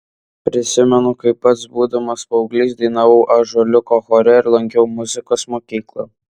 prisimenu kaip pats būdamas paauglys dainavau ąžuoliuko chore ir lankiau muzikos mokyklą